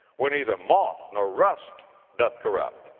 where neither moth nor rust doth corrupt,